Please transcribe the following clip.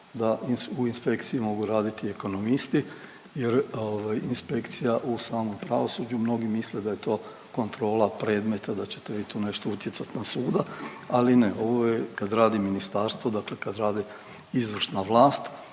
da u inspekciji mogu raditi ekonomisti jer ovaj, inspekcija u samom pravosuđu, mnogi misle da je to kontrola predmeta, da ćete vi tu nešto utjecat na suda, ali ne, ovo je kad radi ministarstvo, dakle kad radi izvršna vlast